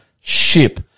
ship